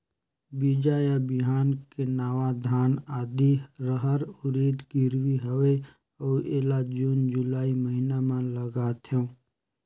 बीजा या बिहान के नवा धान, आदी, रहर, उरीद गिरवी हवे अउ एला जून जुलाई महीना म लगाथेव?